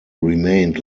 remained